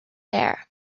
there